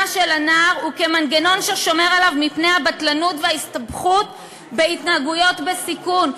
של הנער וכמנגנון ששומר עליו מפני הבטלנות וההסתבכות בהתנהגויות בסיכון.